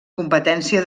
competència